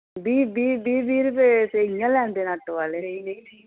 बीह् बीह् बीह् बीह् रपे ते इयां लैंदे न आटो आह्ले